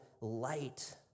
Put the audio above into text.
light